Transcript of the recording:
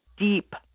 Deep